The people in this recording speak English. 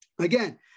again